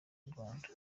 rwanda